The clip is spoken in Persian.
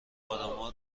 ادما